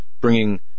bringing